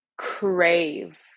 crave